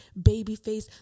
Babyface